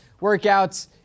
workouts